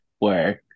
Work